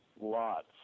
Lots